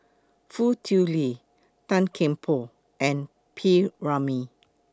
Foo Tui Liew Tan Kian Por and P Ramlee